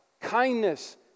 kindness